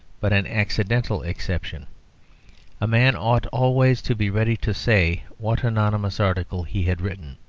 but an accidental exception a man ought always to be ready to say what anonymous article he had written.